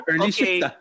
okay